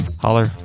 holler